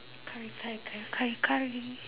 curry curry curry curry curry